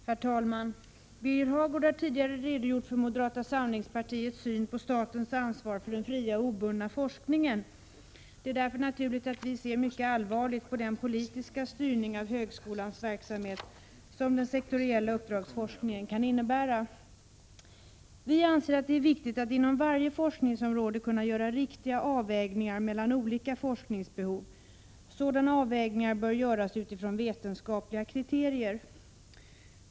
Herr talman! Birger Hagård har tidigare redogjort för moderata samlingspartiets syn på statens ansvar för den fria och obundna forskningen. Det är därför naturligt att vi ser mycket allvarligt på den politiska styrning av högskolans verksamhet som den sektoriella uppdragsforskningen kan innebära. Vi anser att det är viktigt att inom varje forskningsområde kunna göra riktiga avvägningar mellan olika forskningsbehov. Sådana avvägningar bör göras utifrån vetenskapliga kriterier.